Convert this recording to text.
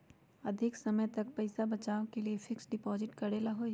अधिक समय तक पईसा बचाव के लिए फिक्स डिपॉजिट करेला होयई?